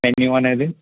ఏంటి నువ్వు అనేది